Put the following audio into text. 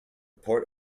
port